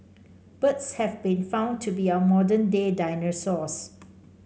birds have been found to be our modern day dinosaurs